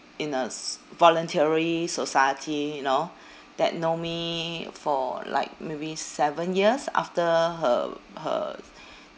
in a s~ voluntary society you know that know me for like maybe seven years after her her